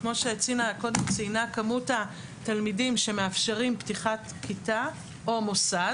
כמו שצינה קודם ציינה כמות התלמידים שמאפשרים פתיחת כיתה או מוסד.